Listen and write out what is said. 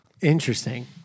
Interesting